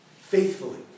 faithfully